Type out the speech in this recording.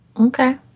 Okay